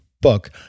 book